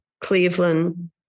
Cleveland